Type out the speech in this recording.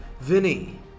Vinny